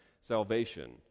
salvation